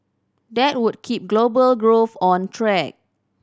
that would keep global growth on track